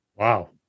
Wow